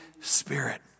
Spirit